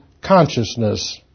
consciousness